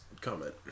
comment